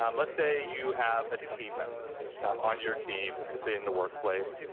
um let's say you have a team member on your team, let's say in the workplace,